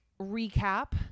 recap